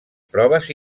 proves